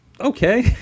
okay